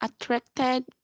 attracted